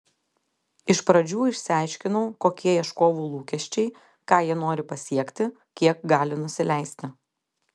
iš pradžių išsiaiškinau kokie ieškovų lūkesčiai ką jie nori pasiekti kiek gali nusileisti